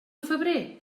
febrer